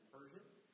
Persians